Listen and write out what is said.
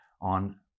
on